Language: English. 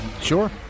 Sure